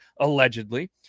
allegedly